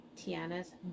tiana's